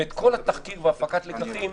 ואת כל התחקיר והפקת הלקחים,